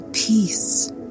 Peace